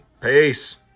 Peace